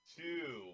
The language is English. two